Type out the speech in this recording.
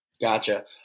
Gotcha